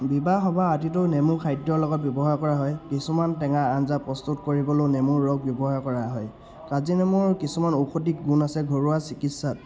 বিবাহ সবাহ আদিটো নেমু খাদ্যৰ লগত ব্যৱহাৰ কৰা হয় কিছুমান টেঙা আঞ্জা প্ৰস্তুত কৰিবলৈয়ো নেমু ৰোগ ব্যৱহাৰ কৰা হয় কাজিনেমুৰ কিছুমান ঔষধি গুণ আছে ঘৰুৱা চিকিৎসাত